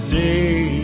day